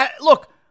Look